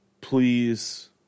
please